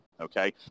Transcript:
Okay